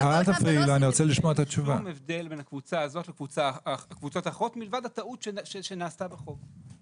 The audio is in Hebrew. אין שום הבדל בין הקבוצה הזאת לקבוצות אחרות מלבד הטעות שנעשתה בחוק.